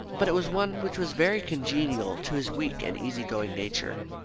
but it was one which was very congenial to his weak and easy-going nature.